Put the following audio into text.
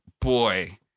boy